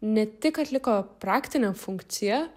ne tik atliko praktinę funkciją